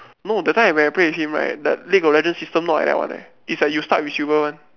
no that time when I play with him right the league-of-legends system not like that one eh it's like you start with silver one